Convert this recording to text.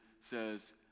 says